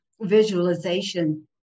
visualization